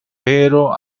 pero